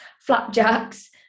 flapjacks